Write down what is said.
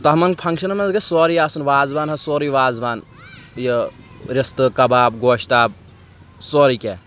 تِمَن فنٛگشَنَن منٛز گژھِ سورُے آسُن وازوان حظ سورُے وازوان یہِ رِستہٕ کَباب گۄشتاب سورُے کینٛہہ